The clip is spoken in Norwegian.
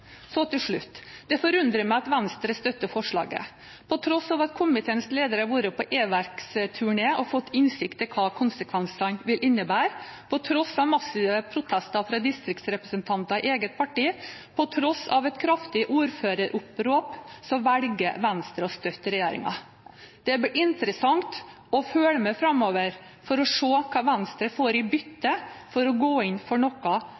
Så til slutt: Det forundrer meg at Venstre støtter forslaget. På tross av at komiteens leder har vært på e-verksturné og fått innsikt i hva konsekvensene vil innebære, på tross av massive protester fra distriktsrepresentanter i eget parti, og på tross av et kraftig ordføreropprør velger Venstre å støtte regjeringen. Det blir interessant å følge med framover for å se hva Venstre får i bytte for å gå inn for noe